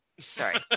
Sorry